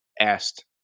asked